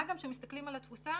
מה גם שמסתכלים על התפוסה